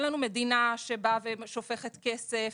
אין לנו מדינה שבאה ושופכת כסף,